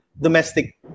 domestic